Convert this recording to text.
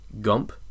Gump